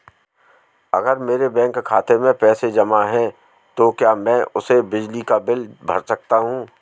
अगर मेरे बैंक खाते में पैसे जमा है तो क्या मैं उसे बिजली का बिल भर सकता हूं?